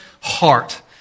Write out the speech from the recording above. heart